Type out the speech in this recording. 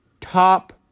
top